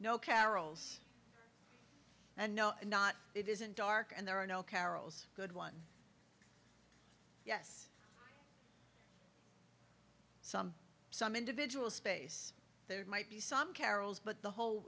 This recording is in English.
no carol's and no not it isn't dark and there are no carol's good one yes some some individual space there might be some carols but the whole